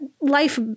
life